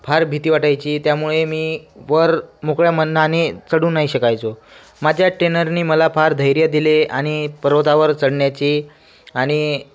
फार भीती वाटायची त्यामुळे मी वर मोकळ्या मनाने चढू नाही शकायचो माझ्या टेनरनी मला फार धैर्य दिले आणि पर्वतावर चढण्याची आणि